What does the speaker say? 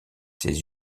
ses